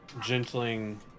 gentling